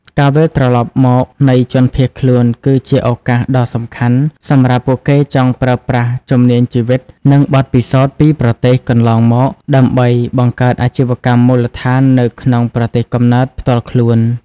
ការវិលត្រឡប់មកនៃជនភៀសខ្លួនគឺជាឱកាសដ៏សំខាន់សម្រាប់ពួកគេចង់ប្រើប្រាស់ជំនាញជីវិត និងបទពិសោធន៍ពីប្រទេសកន្លងមក ដើម្បីបង្កើតអាជីវកម្មមូលដ្ឋាននៅក្នុងប្រទេសកំណើតផ្ទាល់ខ្លួន។